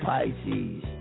Pisces